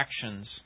actions